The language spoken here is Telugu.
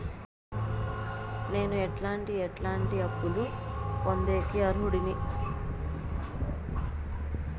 నేను ఎట్లాంటి ఎట్లాంటి అప్పులు పొందేకి అర్హుడిని?